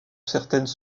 certaines